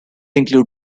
include